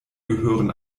gehören